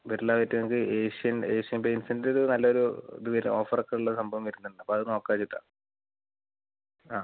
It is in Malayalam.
ബിർളാ വൈറ്റ് നമുക്ക് ഏഷ്യൻ ഏഷ്യൻ പെയിൻറ്റ്സിൻ്റത് നല്ലൊരു ഇത് വരുന്ന ഓഫറൊക്കൊള്ള ഒരു സംഭവം വരുന്നുണ്ട് അപ്പോൾ അത് നോക്കാന്ന് വെച്ചിട്ട് ആ